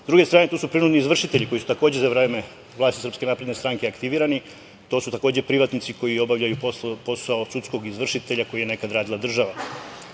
druge strane, tu su prinudni izvršitelji koji su takođe za vreme vlasti SNS aktivirani. To su takođe privatnici koji obavljaju posao sudskog izvršitelja, koji je nekada radila država.